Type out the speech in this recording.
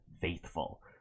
Faithful